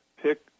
pick